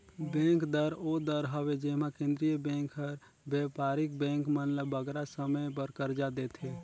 bank दर ओ दर हवे जेम्हां केंद्रीय बेंक हर बयपारिक बेंक मन ल बगरा समे बर करजा देथे